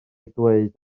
dweud